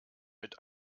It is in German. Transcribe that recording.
mit